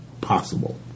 possible